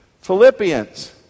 Philippians